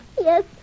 Yes